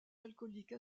alcooliques